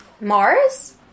Mars